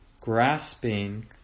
grasping